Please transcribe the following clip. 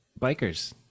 bikers